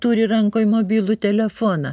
turi rankoj mobilų telefoną